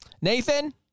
Nathan